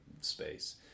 space